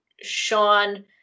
sean